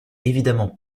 évidemment